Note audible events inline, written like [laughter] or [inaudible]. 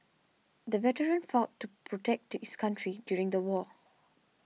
the veteran fought to protect [unintelligible] his country during the war